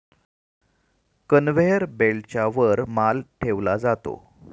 conveyor बेल्टच्या वर माल ठेवला जातो